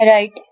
Right